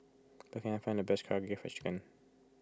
where can I find the best Karaage Fried Chicken